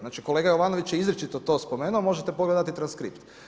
Znači kolega Jovanović je izričito to spomenuo, možete pogledati transkript.